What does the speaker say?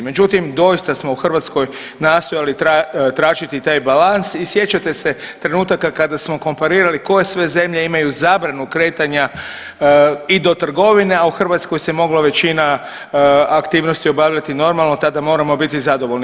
Međutim, doista smo u Hrvatskoj nastojali tražiti taj balans i sjećate se trenutaka kada smo komparirali koje sve zemlje imaju zabranu kretanja i do trgovine, a u Hrvatskoj se mogla većina aktivnosti obavljati normalno, tada moramo biti zadovoljni.